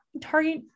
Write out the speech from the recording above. target